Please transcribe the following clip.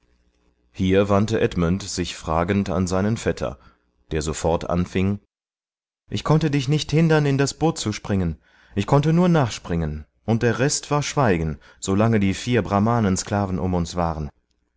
hier wandte edmund sich fragend an seinen vetter der sofort anfing ich konnte dich nicht hindern in das boot zu springen ich konnte nur nachspringen und der rest war schweigen solange die vier brahmanensklaven um uns waren